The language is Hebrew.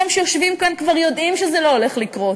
אתם שיושבים כאן כבר יודעים שזה לא הולך לקרות,